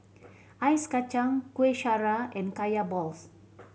ice kacang Kueh Syara and Kaya balls